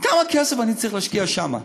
כמה כסף אני צריך להשקיע שם?